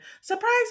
Surprise